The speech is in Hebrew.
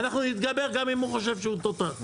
ואנחנו נתגבר, גם אם הוא חושב שהוא תותח.